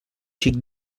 xic